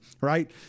right